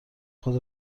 خود